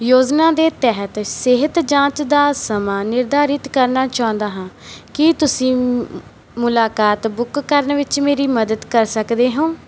ਯੋਜਨਾ ਦੇ ਤਹਿਤ ਸਿਹਤ ਜਾਂਚ ਦਾ ਸਮਾਂ ਨਿਰਧਾਰਿਤ ਕਰਨਾ ਚਾਹੁੰਦਾ ਹਾਂ ਕੀ ਤੁਸੀਂ ਮੁਲਾਕਾਤ ਬੁੱਕ ਕਰਨ ਵਿੱਚ ਮੇਰੀ ਮਦਦ ਕਰ ਸਕਦੇ ਹੋਂ